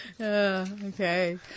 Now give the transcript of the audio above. Okay